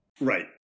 Right